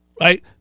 right